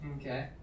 Okay